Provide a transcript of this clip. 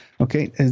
Okay